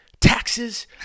taxes